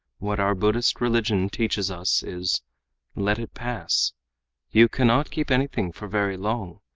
what our buddhist religion teaches us is let it pass you cannot keep anything for very long.